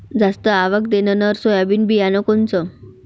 जास्त आवक देणनरं सोयाबीन बियानं कोनचं?